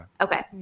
Okay